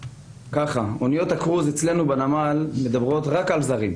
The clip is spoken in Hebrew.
אניות הקרוז אצלנו בנמל מדברות רק על זרים.